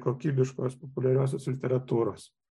kokybiškos populiariosios literatūros